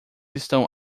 estão